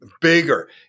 bigger